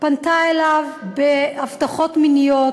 פנתה אליו בהבטחות מיניות,